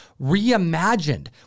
reimagined